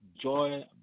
joy